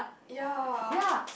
ya